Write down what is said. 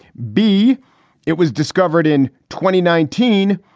b it was discovered in twenty nineteen.